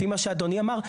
לפי מה שאדוני אמר,